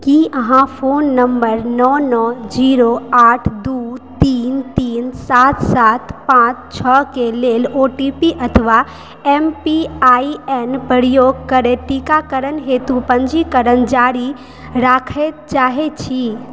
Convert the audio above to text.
की अहाँ phone number नओ नओ जीरो आठ दू तीन तीन सात सात पाँच छओके लेल ओ टी पी अथवा एम पी आइ एन प्रयोग करैत टीकाकरण हेतु पञ्जीकरण जारी राखऽ चाहै छी